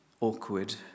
awkward